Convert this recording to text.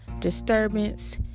Disturbance